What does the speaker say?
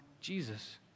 Jesus